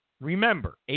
remember